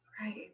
Right